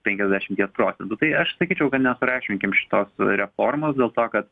penkiasdešimties procentų tai aš sakyčiau kad nesureikšminkim šitos reformos dėl to kad